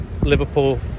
Liverpool